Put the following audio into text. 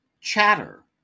Chatter